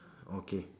okay